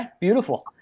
Beautiful